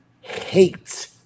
hate